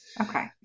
Okay